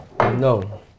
No